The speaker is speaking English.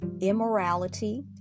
immorality